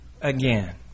again